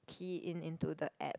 key in into the app